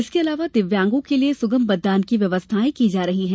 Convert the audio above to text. इसके अलावा दिव्यांगों के लिए सुगम मतदान की व्यवस्थायें की जा रही हैं